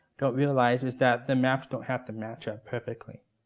don't realize is that the maps don't have to match up perfectly.